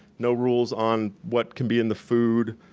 no rules on what can be in the food,